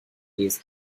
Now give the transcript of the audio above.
these